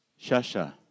Shasha